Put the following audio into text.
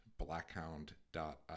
blackhound.io